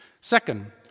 Second